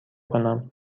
کنم